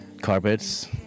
carpets